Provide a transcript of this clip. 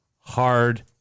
hard